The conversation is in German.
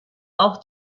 auch